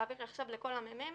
תעבירי עכשיו לכל המ"מים